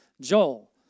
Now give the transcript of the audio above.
Joel